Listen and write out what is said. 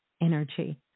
energy